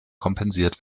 kompensiert